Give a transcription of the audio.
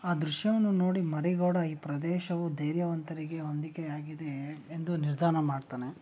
ಆ ದೃಶ್ಯವನ್ನು ನೋಡಿ ಮರಿಗೌಡ ಈ ಪ್ರದೇಶವು ಧೈರ್ಯವಂತರಿಗೆ ಹೊಂದಿಕೆಯಾಗಿದೆ ಎಂದು ನಿರ್ಧಾರ ಮಾಡ್ತಾನೆ